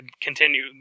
continue